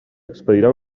expedirà